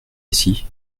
ici